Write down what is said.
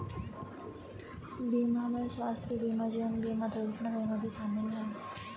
बीमा में स्वास्थय बीमा जीवन बिमा दुर्घटना बीमा भी शामिल है